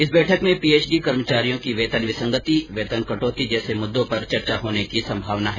इस बैठक में पीएचइडी कर्मचारियों की वेतन विसंगति वेतन कटौती जैसे मुद्दों पर चर्चा होने की संभावना है